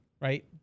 right